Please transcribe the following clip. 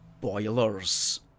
boilers